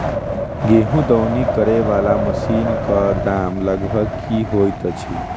गेंहूँ दौनी करै वला मशीन कऽ दाम लगभग की होइत अछि?